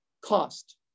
cost